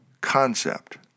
concept